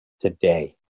today